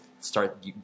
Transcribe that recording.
Start